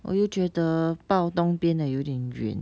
我又觉得报东边的有点远